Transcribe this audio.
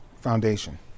foundation